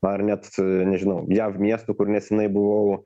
ar net nežinau jav miestų kur nesenai buvau